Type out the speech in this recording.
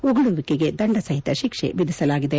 ಉಗುಳುವಿಕೆಗೆ ದಂಡ ಸಹಿತ ಶಿಕ್ಷೆ ವಿಧಿಸಲಾಗಿದೆ